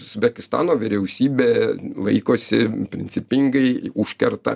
uzbekistano vyriausybė laikosi principingai užkerta